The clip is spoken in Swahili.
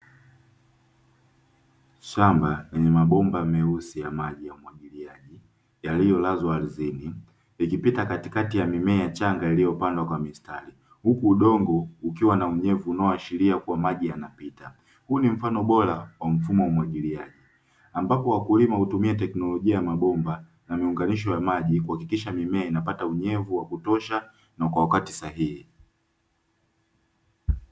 Shamba lenye mabomba meusi ya maji yaliyolazwa ardhini yakipita katikati ya mimea changa iliyopandwa kwa mistari, huku udongo ukiwa una ashiria kuwa maji yanapita, huu ni mfano bora wa mfumo wa umwagiliaji ambapo wakulima hutumia teknolojia ya mabomba yaliyounganishwa maji kuhakikisha mimea inapata unyevu wa kutosha na kwa wakati sahihi.